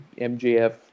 MJF